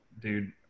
dude